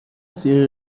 زیر